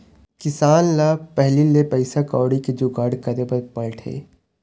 किसान ल पहिली ले पइसा कउड़ी के जुगाड़ करे बर पड़थे